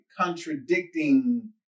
contradicting